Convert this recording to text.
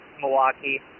milwaukee